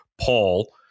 Paul